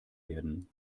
werden